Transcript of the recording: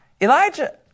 Elijah